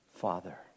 Father